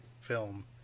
film